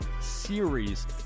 series